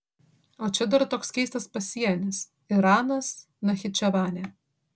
o čia dar toks keistas pasienis iranas nachičevanė